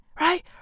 Right